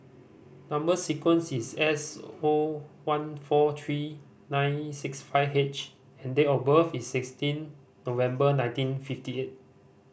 number sequence is S O one four three nine six five H and date of birth is sixteen November nineteen fifty eight